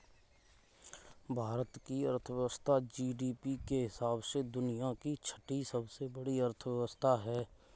भारत की अर्थव्यवस्था जी.डी.पी के हिसाब से दुनिया की छठी सबसे बड़ी अर्थव्यवस्था है